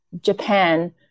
Japan